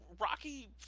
Rocky